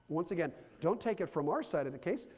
once again, don't take it from our side of the case,